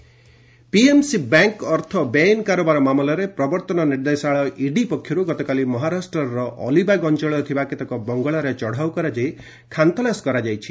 ED PMC PMC bank ଅର୍ଥ ବେଆଇନ୍ କାରବାର ମାମଲାରେ ପ୍ରବର୍ତ୍ତନ ନିର୍ଦ୍ଦେଶାଳୟ ଇଡି ପକ୍ଷରୁ ଗତକାଲି ମହାରାଷ୍ଟ୍ରର ଅଲିବାଗ୍ ଅଞ୍ଚଳରେ ଥିବା କେତେକ ବଙ୍ଗଳାରେ ଚଢ଼ାଉ କରାଯାଇ ଖାନତଲାସ କରାଯାଇଛି